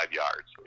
yards